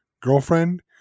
girlfriend